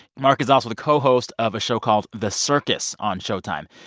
mark is also the co-host of a show called the circus on showtime.